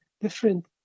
different